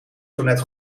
zonet